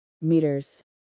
meters